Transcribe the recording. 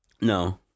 No